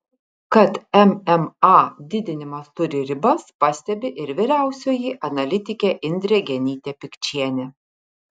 kad mma didinimas turi ribas pastebi ir vyriausioji analitikė indrė genytė pikčienė